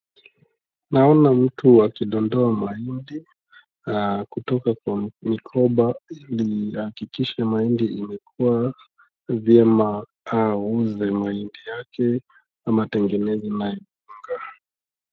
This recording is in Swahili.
Naona mtu akidondoa maindi na kutupa kwa mikoba ili ahakikishe maindi imekua vyema auze maindi yake ama atengeneze nayo unga.